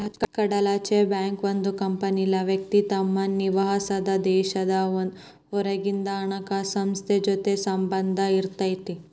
ಕಡಲಾಚೆಯ ಬ್ಯಾಂಕ್ ಒಂದ್ ಕಂಪನಿ ಇಲ್ಲಾ ವ್ಯಕ್ತಿ ತಮ್ ನಿವಾಸಾದ್ ದೇಶದ್ ಹೊರಗಿಂದ್ ಹಣಕಾಸ್ ಸಂಸ್ಥೆ ಜೊತಿ ಸಂಬಂಧ್ ಇರತೈತಿ